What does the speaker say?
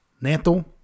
Neto